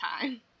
time